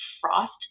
Frost